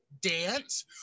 dance